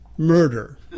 murder